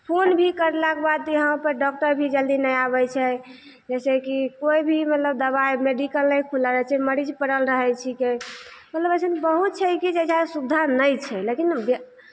phone भी करलाके बाद यहाँपर डॉक्टर भी जल्दी नहि आबै छै जइसे कि कोइ भी मतलब दबाइ मेडीकल नहि खुलल रहै छै मरीज पड़ल रहै छिकै मतलब अइसन बहुत छै कि जकर सुविधा नहि छै लेकिन व्य